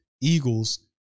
Eagles